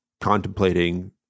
contemplating